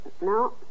No